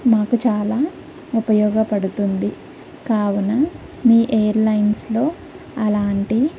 మాకు చాలా ఉపయోగపడుతుంది కావున మీ ఎయిర్లైన్స్లో అలాంటి